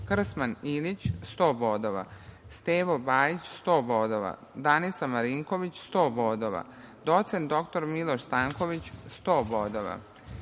Krsman Ilić - 100 bodova, Stevo Bajić - 100 bodova, Danica Marinković - 100 bodova, docent dr Miloš Stanković - 100 bodova,